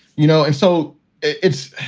you know. and so it's